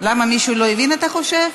למה, מישהו לא הבין, אתה חושב?